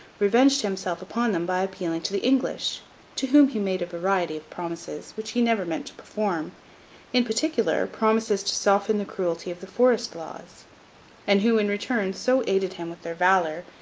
revenged himself upon them by appealing to the english to whom he made a variety of promises, which he never meant to perform in particular, promises to soften the cruelty of the forest laws and who, in return, so aided him with their valour,